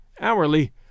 hourly